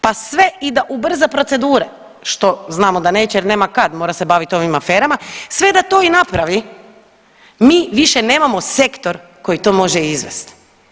Pa sve i da ubrza procedure, što znamo da neće jer nema kad, mora se baviti ovim aferama, sve da to i napravi, mi više nemamo sektor koji to može izvesti.